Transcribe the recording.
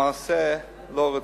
המעשה לא רצוי.